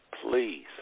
please